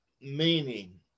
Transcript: meaning